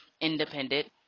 independent